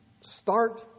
Start